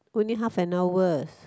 only half an hour